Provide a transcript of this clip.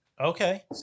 Okay